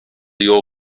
your